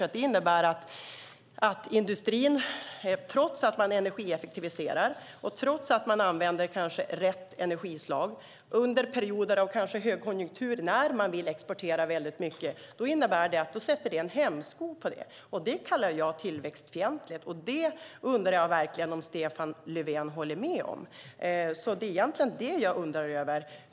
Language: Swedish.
Trots att industrin energieffektiviserar och använder rätt energislag innebär det en hämsko under perioder av högkonjunktur när man vill exportera mycket. Det kallar jag tillväxtfientligt. Jag undrar om Stefan Löfven håller med om det.